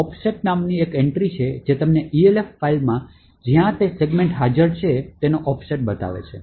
offset નામની એક entry છે જે તમને Elf ફાઇલમાં જ્યાં તે સેગમેન્ટ હાજર છે તેનો ઑફસેટ કહે છે